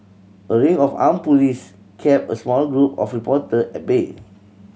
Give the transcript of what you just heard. a ring of armed police kept a small group of reporter at bay